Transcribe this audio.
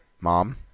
mom